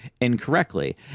incorrectly